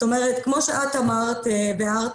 כמו שאת אמרת והערת